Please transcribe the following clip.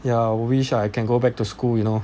ya wish I can go back to school you know